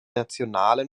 nationalen